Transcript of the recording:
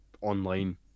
online